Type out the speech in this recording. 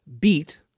beat